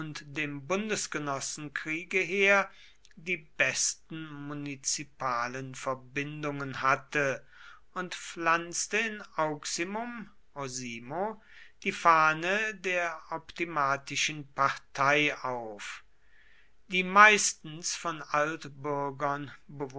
dem bundesgenossenkriege her die besten munizipalen verbindungen hatte und pflanzte in auximum osimo die fahne der optimatischen partei auf die meistens von